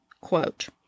quote